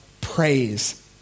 praise